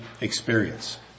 experience